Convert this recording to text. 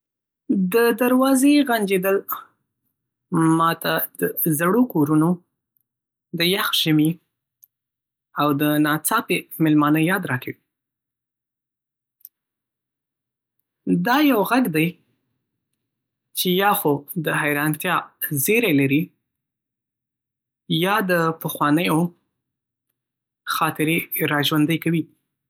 د دروازې غنجېدل ما ته د زړو کورونو، د یخ ژمي، او د ناڅاپي میلمانه یاد راکوي. دا یو غږ دی چې یا خو د حیرانتیا زېری لري، یا د پخوانیو خاطرې راژوندۍ کوي.